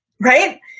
Right